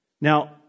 Now